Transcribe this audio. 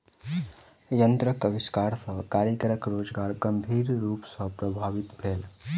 यंत्रक आविष्कार सॅ कारीगरक रोजगार गंभीर रूप सॅ प्रभावित भेल